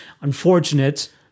unfortunate